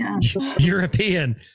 European